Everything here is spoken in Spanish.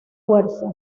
fuerza